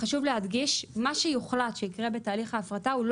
מה שיוחלט שיקרה בתהליך ההפרטה לא